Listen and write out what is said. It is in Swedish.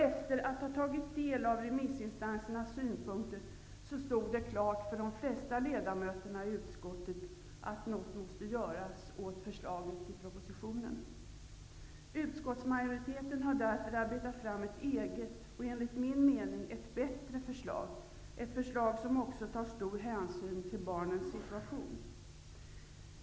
Efter att ha tagit del av remissinstansernas synpunkter stod det klart för de flesta ledamöterna i utskottet att något måste göras åt förslaget i propositionen. Utskottsmajoriteten har därför arbetat fram ett eget och enligt min mening ett bättre förslag, där också stor hänsyn tas till barnens situation.